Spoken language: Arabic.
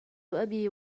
أبي